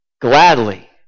gladly